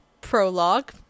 prologue